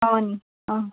अँ नि अँ